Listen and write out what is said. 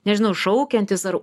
nežinau šaukiantis ar